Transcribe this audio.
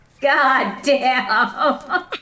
goddamn